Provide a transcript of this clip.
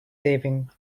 saving